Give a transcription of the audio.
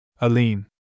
Aline